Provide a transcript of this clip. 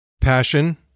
Passion